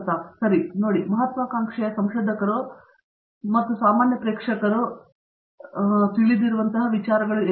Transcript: ಪ್ರತಾಪ್ ಹರಿಡೋಸ್ ಸರಿ ನೋಡಿ ಮಹತ್ವಾಕಾಂಕ್ಷೆಯ ಸಂಶೋಧಕರು ಸೇರಿದಂತೆ ಸಾಮಾನ್ಯ ಪ್ರೇಕ್ಷಕರು ಸಂಪೂರ್ಣವಾಗಿ ತಿಳಿದಿರಬಾರದು ಎಂದು ನಾನು ಭಾವಿಸುತ್ತೇನೆ